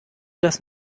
das